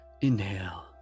inhale